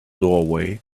doorway